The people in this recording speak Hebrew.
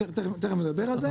תכף נדבר על זה.